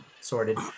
sorted